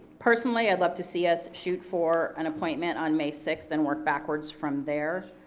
personally, i'd love to see us shoot for an appointment on may sixth, then work backwards from there.